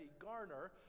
Garner